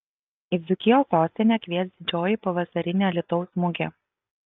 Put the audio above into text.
į dzūkijos sostinę kvies didžioji pavasarinė alytaus mugė